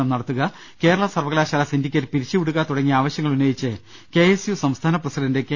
ഷണം നടത്തുക കേരള സർവകലാശാല സിൻഡിക്കേറ്റ് പിരിച്ചുവിടുക തുടങ്ങിയ ആവശ്യങ്ങൾ ഉന്നയിച്ച് കെ എസ് യു സംസ്ഥാന പ്രസിഡന്റ് കെ